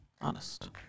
honest